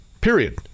period